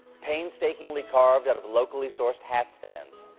painstakingly carved out of locally so horsed hat stand.